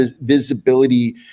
visibility